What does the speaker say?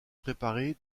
préparés